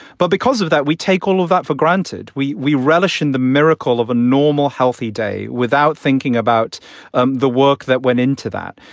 but because of that, we take all of that for granted. we we relish in the miracle of a normal, healthy day without thinking about um the work that went into that.